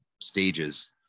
stages